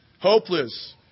hopeless